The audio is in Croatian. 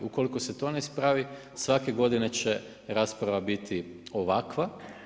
Ukoliko se to ne ispravi, svake g. će rasprava biti ovakva.